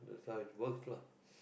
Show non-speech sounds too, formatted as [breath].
that's how it works lah [breath]